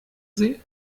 see